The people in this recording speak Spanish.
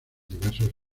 diversos